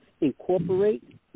incorporate